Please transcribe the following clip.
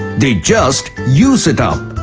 they just use it up.